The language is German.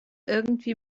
irgendwie